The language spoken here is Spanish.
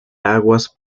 aguas